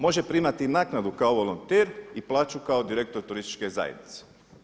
Može primati i naknadu kao volonter i plaću kao direktor turističke zajednice.